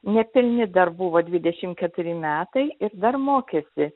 nepilni dar buvo dvidešimt keturi metai ir dar mokėsi